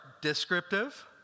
descriptive